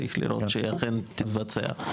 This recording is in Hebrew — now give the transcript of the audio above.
צריך לראות שאכן תתבצע.